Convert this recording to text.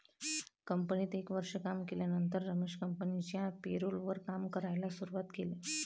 कंपनीत एक वर्ष काम केल्यानंतर रमेश कंपनिच्या पेरोल वर काम करायला शुरुवात केले